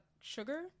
sugar